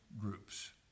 groups